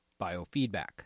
Biofeedback